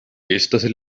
estas